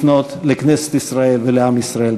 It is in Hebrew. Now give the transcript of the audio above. לפנות לכנסת ישראל ולעם ישראל.